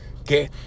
Okay